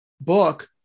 book